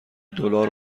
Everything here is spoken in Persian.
دلار